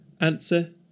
Answer